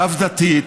רב-דתית,